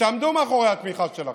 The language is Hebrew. ותעמדו מאחורי התמיכה שלכם,